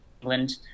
England